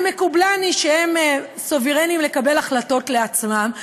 מקובלני שהם סוברנים לקבל החלטות לעצמם,